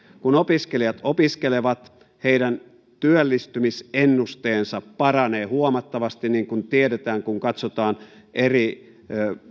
kun opiskelijat opiskelevat heidän työllistymisennusteensa paranee huomattavasti niin kuin tiedetään kun katsotaan eri